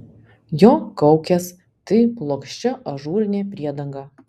jo kaukės tai plokščia ažūrinė priedanga